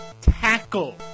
Tackle